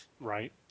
right